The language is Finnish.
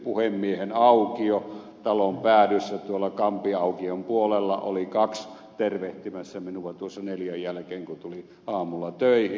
puhemiehenaukiolla talon päädyssä tuolla kampin aukion puolella oli kaksi tervehtimässä minua tuossa neljän jälkeen kun tulin aamulla töihin